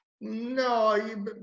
No